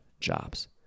jobs